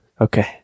okay